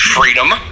freedom